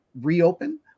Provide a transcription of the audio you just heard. reopen